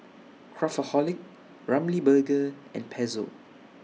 Craftholic Ramly Burger and Pezzo